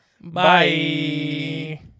Bye